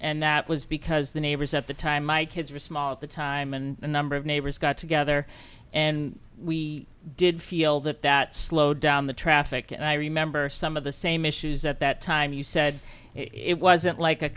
and that was because the neighbors at the time my kids were small at the time and a number of neighbors got together and we did feel that that slowed down the traffic and i remember some of the same issues at that time you said it wasn't like a